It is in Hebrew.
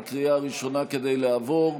תמיכה של לפחות 50 חברי כנסת בקריאה הראשונה כדי לעבור,